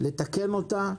לתקן אותה,